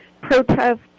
protest